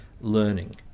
learning